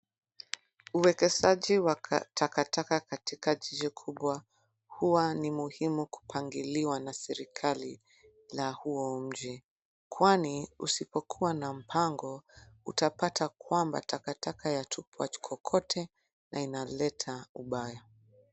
Uwekezaji wa takataka katika jiji kubwa huwa ni muhimu kupangiliwa na serikali la huo mji. Kwani usipokuwa na mpango utapata kwamba takataka yatupwa kokote na inaleta ubaya.